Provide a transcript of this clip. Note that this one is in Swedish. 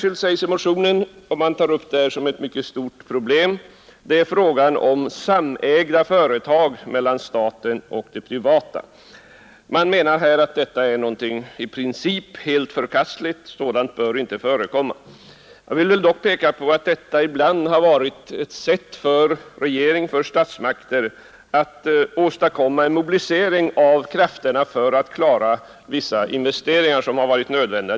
I motionen tar man som ett mycket stort problem upp frågan om av staten och det privata näringslivet samägda företag. Man menar att detta i princip är något helt förkastligt som inte bör få förekomma. Jag vill då peka på att detta samägande ibland varit ett sätt för statsmakterna att åstadkomma en mobilisering av krafterna för att klara vissa investeringar som varit nödvändiga.